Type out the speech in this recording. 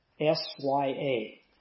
S-Y-A